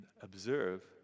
observe